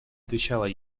отвечала